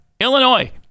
Illinois